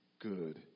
good